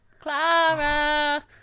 Clara